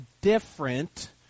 different